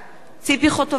ציפי חוטובלי,